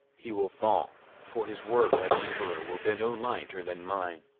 he will fall for his work' as emperor, will be no lighter than mine.